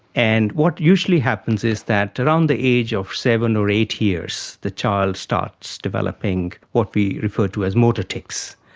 and what usually happens is that around the age of seven or eight years the child starts developing what we refer to as motor tics.